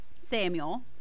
Samuel